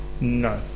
No